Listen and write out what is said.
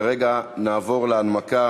כרגע נעבור להנמקה